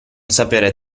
saper